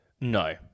No